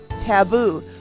Taboo